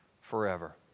forever